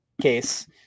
case